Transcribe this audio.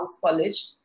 College